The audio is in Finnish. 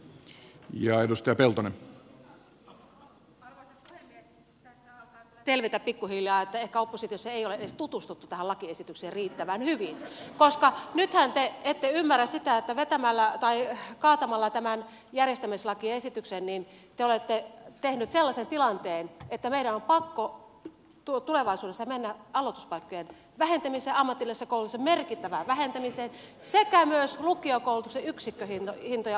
tässä alkaa kyllä selvitä pikkuhiljaa että ehkä oppositiossa ei ole edes tutustuttu tähän lakiesitykseen riittävän hyvin koska nythän te ette ymmärrä sitä että vetämällä tai kaatamalla tämän järjestämislakiesityksen te olette tehneet sellaisen tilanteen että meidän on pakko tulevaisuudessa mennä aloituspaikkojen vähentämiseen ammatillisessa koulutuksessa merkittävään vähentämiseen sekä myös lukiokoulutuksen yksikköhintojen laskemiseen